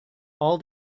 all